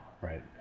right